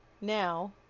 now